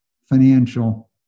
financial